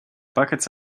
buckets